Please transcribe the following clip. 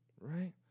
right